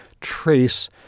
trace